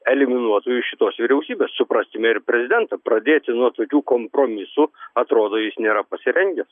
eliminuotų iš šitos vyriausybės supraskime ir prezidentą pradėti nuo tokių kompromisų atrodo jis nėra pasirengęs